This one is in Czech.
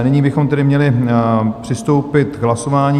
Nyní bychom tedy měli přistoupit k hlasování.